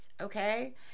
okay